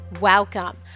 welcome